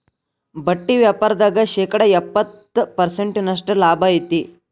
ಬಟ್ಟಿ ವ್ಯಾಪಾರ್ದಾಗ ಶೇಕಡ ಎಪ್ಪ್ತತ ಪರ್ಸೆಂಟಿನಷ್ಟ ಲಾಭಾ ಐತಿ